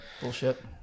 Bullshit